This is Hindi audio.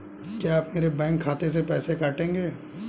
क्या आप मेरे बैंक खाते से पैसे काटेंगे?